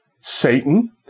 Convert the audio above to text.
Satan